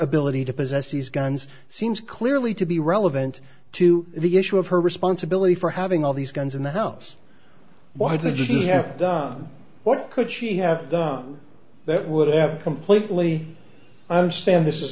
ability to possess these guns seems clearly to be relevant to the issue of her responsibility for having all these guns in the house why digitally have done what could she have done that would have completely understand this is